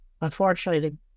Unfortunately